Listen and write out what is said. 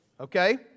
Okay